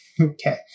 Okay